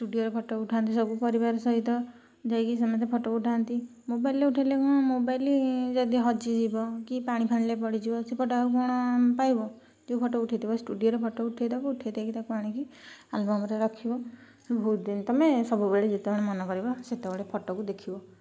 ଷ୍ଟୁଡ଼ିଓରେ photo ଉଠାନ୍ତି ସବୁ ପରିବାର ସହିତ ଯାଇକି ସମସ୍ତେ ଫଟୋ ଉଠାନ୍ତି ମୋବାଇଲ୍ରେ ଉଠାଇଲେ କ'ଣ ମୋବାଇଲ୍ ଯଦି ହଜିଯିବ କି ପାଣି ଫାଣିରେ ପଡ଼ିଯିବ ସେ ଫଟୋ ଆଉ କ'ଣ ପାଇବ ଟିକେ ଫଟୋ ଉଠାଇଦେବ ଷ୍ଟୁଡ଼ିଓରେ ଫଟୋ ଉଠାଇଦେବ ଉଠାଇଦେଇକି ତାକୁ ଆଣିକି ଆଲବମ୍ରେ ରଖିବ ବହୁତ ଦିନ ତୁମେ ସବୁବେଳେ ଯେତେବେଳେ ମନ କରିବ ସେତେବେଳେ ଫଟୋକୁ ଦେଖିବ